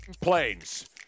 planes